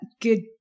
good